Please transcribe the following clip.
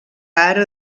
ara